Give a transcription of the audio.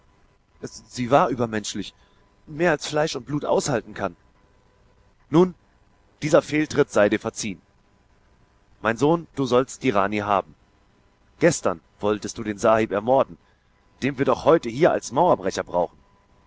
sie war übermenschlich mehr als fleisch und blut aushalten kann nun dieser fehltritt sei dir verziehen mein sohn du sollst die rani haben gestern wolltest du den sahib ermorden den wir doch heute hier als mauerbrecher brauchen